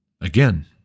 again